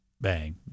bang